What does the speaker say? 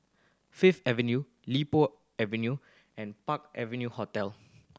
Fifth Avenue Li Po Avenue and Park Avenue Hotel